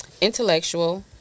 intellectual